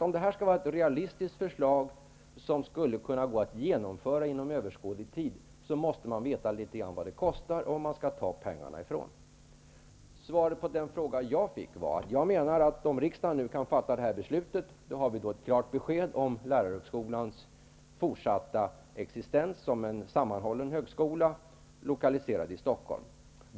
Om detta skall vara ett realistiskt förslag som skulle kunna gå att genomföra inom överskådlig tid, måste man veta något om vad det kostar och var man skall ta pengarna ifrån. Om riksdagen nu kan fatta detta beslut, menar jag att vi får ett klart besked om lärarhögskolans fortsatta existens som en sammanhållen högskola lokaliserad i Stockholm.